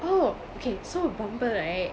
oh okay so Bumble right